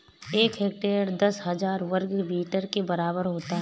एक हेक्टेयर दस हज़ार वर्ग मीटर के बराबर होता है